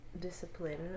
discipline